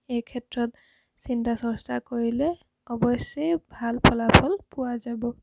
এই ক্ষেত্ৰত চিন্তা চৰ্চা কৰিলে অৱশ্যে ভাল ফলাফল পোৱা যাব